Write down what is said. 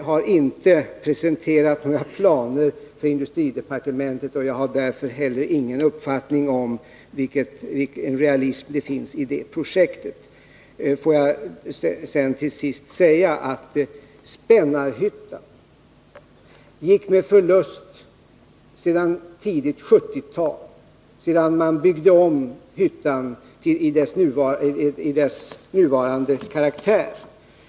har inte presenterat några planer för industridepartementet, och jag har därför inte heller någon uppfattning om vilken realism som finns i det projektet. Får jag till sist säga att Spännarhyttan gått med förlust från tidigt 1970-tal, sedan mån byggde om hyttan till dess nuvarande karaktär.